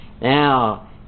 Now